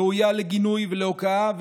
ראויה לגינוי ולהוקעה,